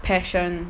passion